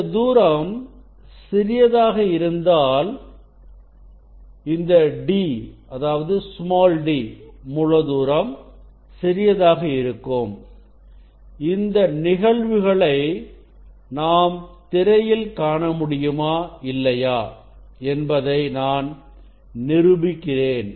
இந்த தூரம் சிறியதாக இருந்தால் இந்த d மூல தூரம் சிறியதாக இருக்கும் இந்த நிகழ்வுகளை நாம் திரையில் காண முடியுமா இல்லையா என்பதை நான் நிரூபிக்கிறேன்